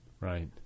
Right